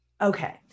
Okay